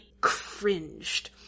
cringed